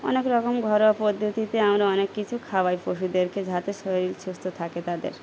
অনেক রকম ঘরোয়া পদ্ধতিতে আমরা অনেক কিছু খাওয়াই পশুদেরকে যাতে শরীর সুস্থ থাকে তাদের